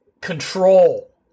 control